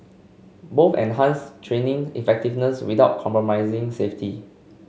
both enhanced training effectiveness without compromising safety